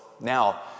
now